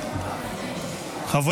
חבר